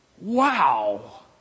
Wow